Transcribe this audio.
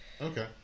Okay